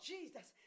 Jesus